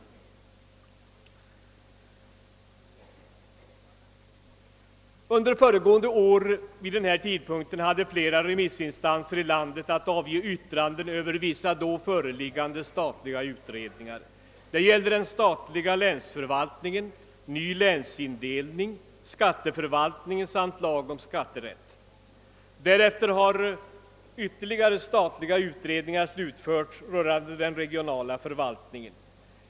Under föregående år hade vid denna tidpunkt flera remissinstanser i landet att avge yttrande över vissa då föreliggande statliga utredningar. Det gällde den statliga länsförvaltningen, ny länsindelning, skatteförvaltningen samt lag om skatterätt. Därefter har ytterligare statliga utredningar slutförts rörande den regionala förvaltningen.